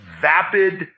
vapid